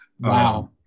Wow